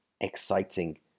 exciting